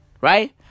right